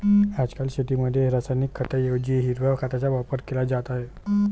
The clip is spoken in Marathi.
आजकाल शेतीमध्ये रासायनिक खतांऐवजी हिरव्या खताचा वापर केला जात आहे